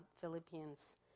Philippians